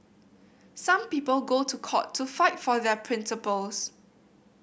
some people go to court to fight for their principles